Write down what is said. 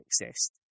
exist